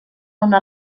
una